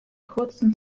kurzen